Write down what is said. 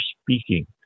speaking